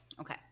okay